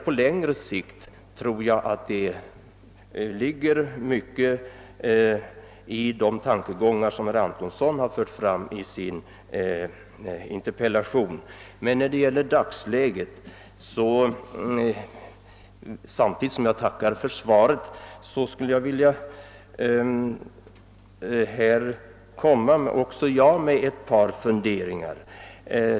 På längre sikt tror jag att det ligger mycket i de tankegångar som herr Antonson förde fram i sin interpellation, men när det gäller dagsläget skulle även jag vilja komma med ett par funderingar.